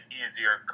easier